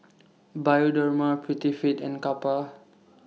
Bioderma Prettyfit and Kappa